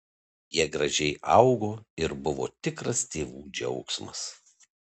jie gražiai augo ir buvo tikras tėvų džiaugsmas